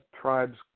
tribes